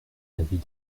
l’avis